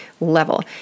level